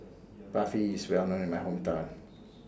Barfi IS Well known in My Hometown